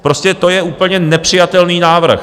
Prostě to je úplně nepřijatelný návrh.